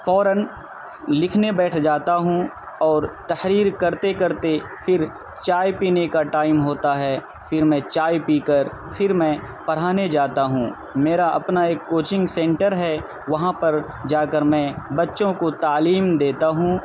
فوراً لکھنے بیٹھ جاتا ہوں اور تحریر کرتے کرتے پھر چائے پینے کا ٹائم ہوتا ہے پھر میں چائے پی کر پھر میں پڑھانے جاتا ہوں میرا اپنا ایک کوچنگ سینٹر ہے وہاں پر جا کر میں بچوں کو تعلیم دیتا ہوں